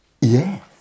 Yes